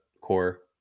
core